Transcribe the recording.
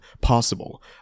possible